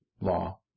law